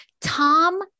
Tom